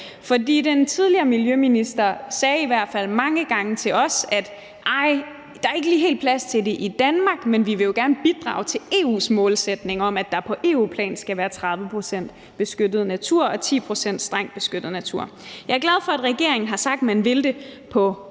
den tidligere miljøminister sagde i hvert fald mange gange til os: Arh, der er ikke lige helt plads til det i Danmark, men vi vil jo gerne bidrage til EU's målsætning om, at der på EU-plan skal være 30 pct. beskyttet natur og 10 pct. strengt beskyttet natur. Jeg er glad for, at regeringen har sagt, at man vil det